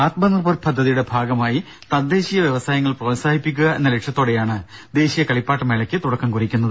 ആത്മനിർഭർ പദ്ധതിയുടെ ഭാഗമായി തദ്ദേശീയ വ്യവസായങ്ങൾ പ്രോത്സാഹിപ്പിക്കുക എന്ന ലക്ഷ്യത്തോടെയാണ് ദേശീയ കളിപ്പാട്ട മേളയ്ക്ക് തുടക്കം കുറിക്കുന്നത്